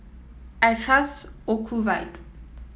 I trust Ocuvite